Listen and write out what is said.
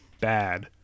Bad